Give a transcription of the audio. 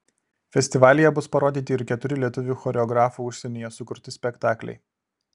festivalyje bus parodyti ir keturi lietuvių choreografų užsienyje sukurti spektakliai